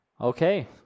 Okay